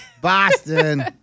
Boston